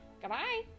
Goodbye